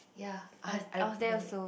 ya I highly recommend it